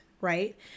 right